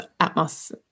Atmos